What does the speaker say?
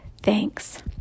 thanks